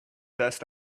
best